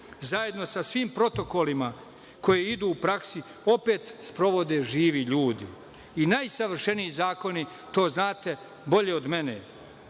zajedno, sa svim protokolima koji idu u praksi, opet sprovode živi ljudi. Najsavršeniji zakoni, to znate bolje od mene,